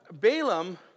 Balaam